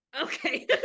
Okay